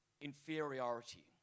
inferiority